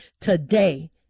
today